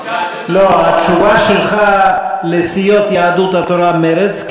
התשובה שלך היא לסיעות יהדות התורה ומרצ,